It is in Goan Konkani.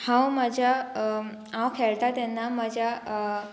हांव म्हाज्या हांव खेळटा तेन्ना म्हज्या